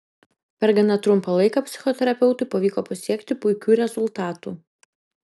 per gana trumpą laiką psichoterapeutui pavyko pasiekti puikių rezultatų